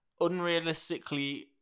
unrealistically